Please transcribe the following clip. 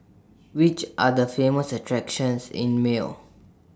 Which Are The Famous attractions in Male